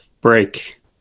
break